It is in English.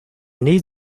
need